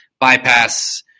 bypass